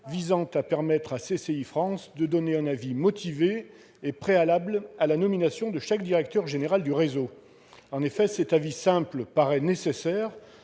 visant à permettre à CCI France de donner un avis motivé et préalable à la nomination de chaque directeur général du réseau. Cet avis simple paraît nécessaire